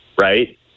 right